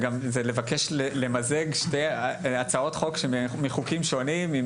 זה לבקש למזג שתי הצעות חוק מחוקים שונים.